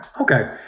Okay